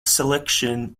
selection